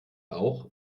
auch